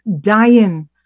dying